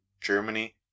Germany